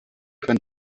kann